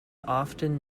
often